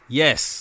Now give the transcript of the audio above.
yes